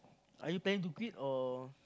are you planning to quit or